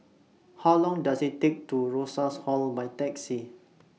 How Long Does IT Take to Rosas Hall By Taxi